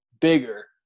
bigger